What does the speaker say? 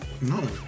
No